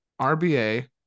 RBA